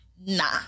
nah